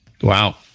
Wow